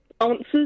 answers